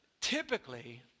typically